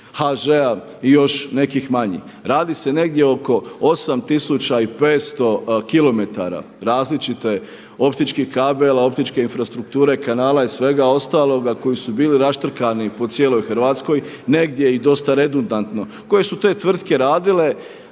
HŽ-a i još nekih manjih. Radi se negdje oko 8500 km različite optičkih kabela, optičke infrastrukture, kanala i svega ostaloga koji su bili raštrkani po cijeloj Hrvatskoj, negdje i dosta redundantno, koje su te tvrtke radile